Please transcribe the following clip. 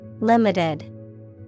Limited